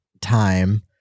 time